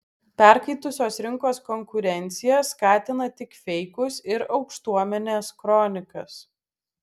perkaitusios rinkos konkurencija skatina tik feikus ir aukštuomenės kronikas